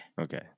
Okay